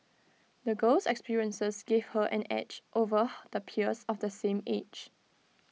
the girl's experiences gave her an edge over her the peers of the same age